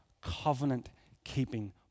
covenant-keeping